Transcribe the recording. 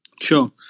Sure